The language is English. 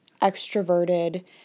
extroverted